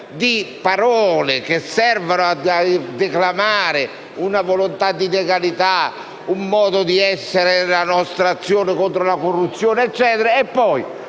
di parole che servono a declamare una volontà di legalità e un modo di essere della nostra azione contro la corruzione quando